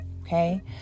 Okay